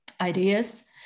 ideas